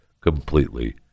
completely